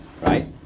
Right